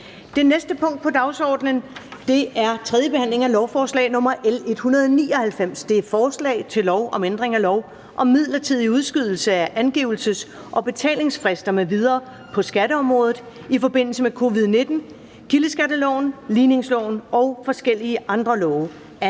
Det næste punkt på dagsordenen er: 4) 3. behandling af lovforslag nr. L 199: Forslag til lov om ændring af lov om midlertidig udskydelse af angivelses- og betalingsfrister m.v. på skatteområdet i forbindelse med covid-19, kildeskatteloven, ligningsloven og forskellige andre love.